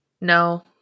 No